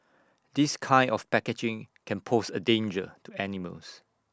this kind of packaging can pose A danger to animals